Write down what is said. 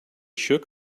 shook